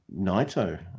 Naito